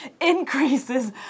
increases